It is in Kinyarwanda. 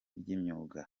ry’imyuga